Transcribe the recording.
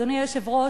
אדוני היושב-ראש,